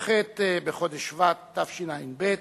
כ"ח בחודש שבט תשע"ב,